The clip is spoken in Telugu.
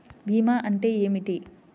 భీమా అంటే ఏమిటి?